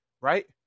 right